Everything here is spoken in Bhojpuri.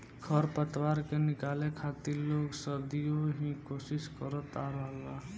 खर पतवार के निकाले खातिर लोग सदियों ही कोशिस करत आ रहल बा